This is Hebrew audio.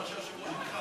זה מה שהיושב-ראש הנחה.